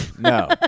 No